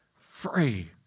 free